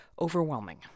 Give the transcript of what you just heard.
overwhelming